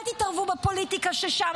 אל תתערבו בפוליטיקה שם,